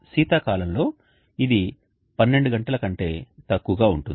శీతాకాలంలో ఇది 12 గంటల కంటే తక్కువగా ఉంటుంది